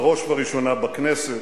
בראש ובראשונה בכנסת,